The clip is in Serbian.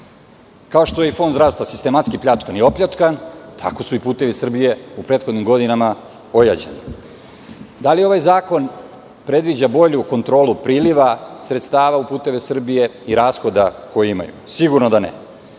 Kao što je i fond zdravstva sistematski pljačkan i opljačkan, tako su i "Putevi Srbije" u prethodnim godinama ojađeni. Da li ovaj zakon predviđa bolju kontrolu priliva sredstava u "Puteve Srbije" i rashoda koje imaju? Sigurno da ne.